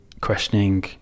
questioning